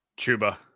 Chuba